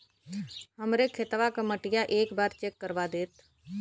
हमरे खेतवा क मटीया एक बार चेक करवा देत?